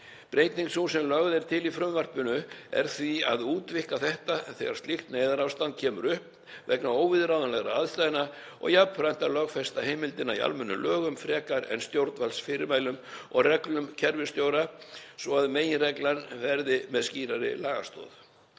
Breyting sú sem lögð er til í frumvarpinu er því að útvíkka þetta þegar slíkt neyðarástand kemur upp vegna óviðráðanlegra aðstæðna og jafnframt að lögfesta heimildina í almennum lögum frekar en stjórnvaldsfyrirmælum og reglum kerfisstjóra svo að meginreglan verði með skýrari lagastoð.